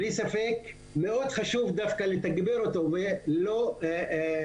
בלי ספק מאוד חשוב לתגבר אותו.